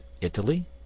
Italy